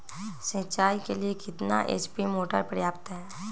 सिंचाई के लिए कितना एच.पी मोटर पर्याप्त है?